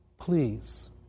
Please